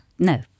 No